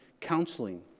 counseling